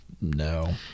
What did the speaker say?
No